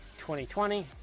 2020